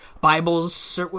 Bibles